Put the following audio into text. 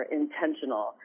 intentional